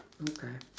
okay